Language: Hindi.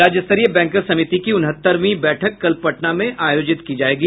राज्य स्तरीय बैंकर्स समिति की उनहत्तरवीं बैठक कल पटना में आयोजित की जायेगी